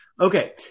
Okay